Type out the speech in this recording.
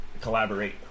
collaborate